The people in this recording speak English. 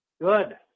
Good